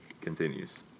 continues